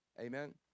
Amen